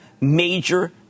major